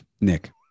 Nick